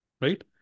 right